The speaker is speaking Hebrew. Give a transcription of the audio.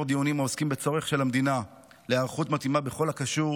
דיונים העוסקים בצורך של המדינה בהיערכות מתאימה בכל הקשור